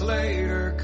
Later